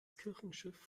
kirchenschiff